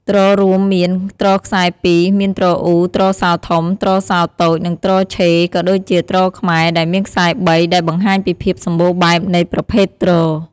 ទ្ររួមមាន ទ្រខ្សែពីរ មាន ទ្រអ៊ូ ទ្រសោធំ ទ្រសោតូច និង ទ្រឆេ ក៏ដូចជា ទ្រខ្មែរ ដែលមានខ្សែបី ដែលបង្ហាញពីភាពសម្បូរបែបនៃប្រភេទទ្រ។